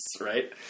right